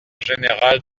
général